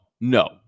No